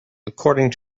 according